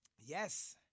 Yes